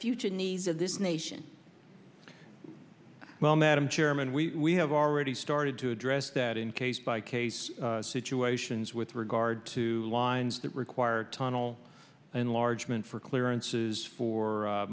future needs of this nation well madam chairman we have already started to address that in case by case situations with regard to lines that require tunnel enlargement for clearances for